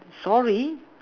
sorry